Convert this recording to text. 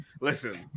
listen